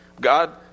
God